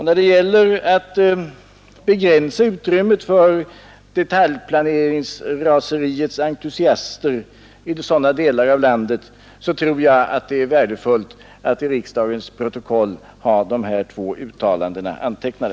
När det gäller att begränsa utrymmet för detaljplaneringsraseriets entusiaster i sådana delar av landet, tror jag som sagt att det är värdefullt att i riksdagens protokoll ha de här två uttalandena antecknade.